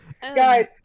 guys